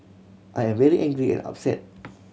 I am very angry and upset